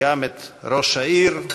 גם את ראש העיר,